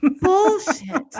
bullshit